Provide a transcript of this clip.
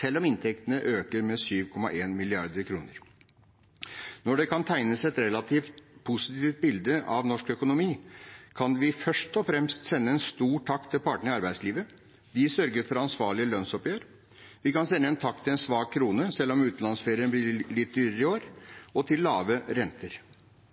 selv om inntektene øker med 7,1 mrd. kr. Når det kan tegnes et relativt positivt bilde av norsk økonomi, kan vi først og fremst sende en stor takk til partene i arbeidslivet. De sørget for ansvarlige lønnsoppgjør. Vi kan sende en takk til en svak krone – selv om utenlandsferien blir litt dyrere i år – og til lave renter.